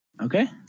Okay